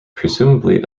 presumably